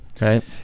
right